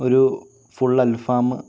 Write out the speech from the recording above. ഒരു ഫുള്ള് അൽഫാം